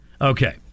Okay